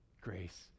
grace